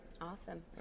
Awesome